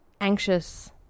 anxious